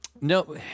No